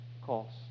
cost